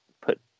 put